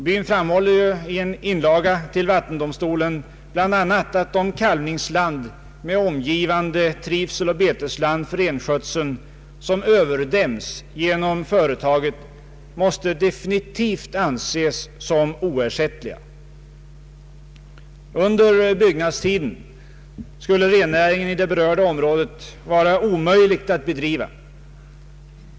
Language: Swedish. Byn framhåller i en inlaga till vattendomstolen bl.a. att de kalvningsland med omgivande trivseloch betesland för renskötseln som överdäms genom företaget måste definitivt anses som oersättliga. Under byggnadstiden skulle rennäringen i det berörda området vara omöjlig att bedriva.